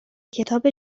کتاب